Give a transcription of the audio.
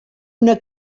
una